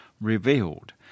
revealed